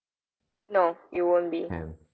no you won't be